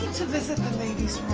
to visit the ladies